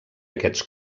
aquests